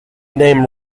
name